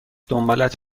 دنبالت